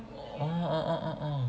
oh oh oh oh oh